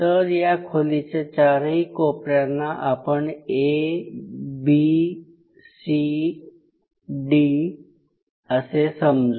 तर या खोलीच्या चारही कोपऱ्यांना आपण A B C D असे समजू